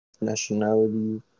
Nationality